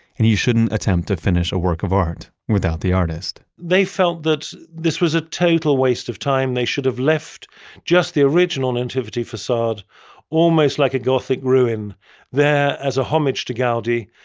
and you shouldn't attempt to finish a work of art without the artist they felt that this was a total waste of time, they should have left just the original nativity facade almost like a gothic ruin there as a homage to gaudi,